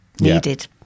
needed